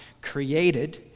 created